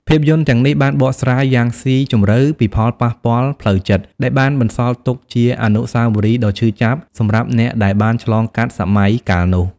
ភាពយន្តទាំងនេះបានបកស្រាយយ៉ាងស៊ីជម្រៅពីផលប៉ះពាល់ផ្លូវចិត្ត ដែលបានបន្សល់ទុកជាអនុស្សាវរីយ៍ដ៏ឈឺចាប់សម្រាប់អ្នកដែលបានឆ្លងកាត់សម័យកាលនោះ។